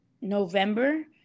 November